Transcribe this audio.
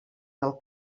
del